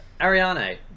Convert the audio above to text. Ariane